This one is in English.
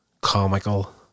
comical